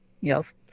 yes